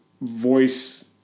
voice